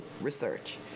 research